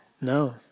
No